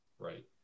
right